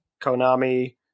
Konami